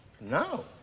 No